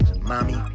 Mommy